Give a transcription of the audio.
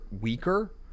weaker